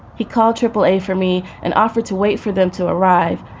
he called triple a for me and offered to wait for them to arrive.